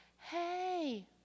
hey